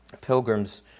Pilgrims